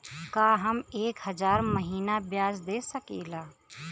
का हम एक हज़ार महीना ब्याज दे सकील?